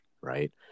right